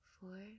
four